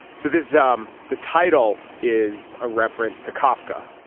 so this is um the title is a reference to kafka,